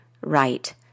right